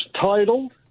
titled